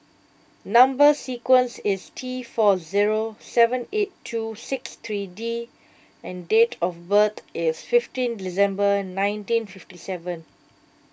Number Sequence is T four zero seven eight two six three D and date of birth is fifteen December nineteen fifty seven